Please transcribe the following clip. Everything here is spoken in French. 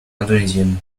indonésienne